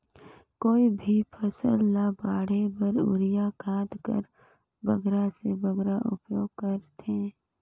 कोई भी फसल ल बाढ़े बर युरिया खाद कर बगरा से बगरा उपयोग कर थें?